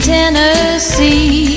Tennessee